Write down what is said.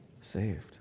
Saved